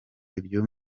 ibyo